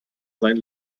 sein